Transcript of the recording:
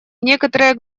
некоторые